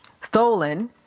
stolen